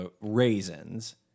Raisins